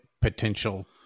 potential